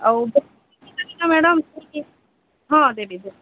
ଆଉ ମ୍ୟାଡମ୍ ହଁ ଦେବେ